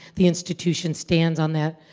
the institution stands on that.